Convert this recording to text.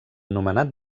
nomenat